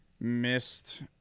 missed